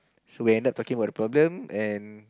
so we end up talking about the problem and